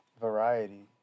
variety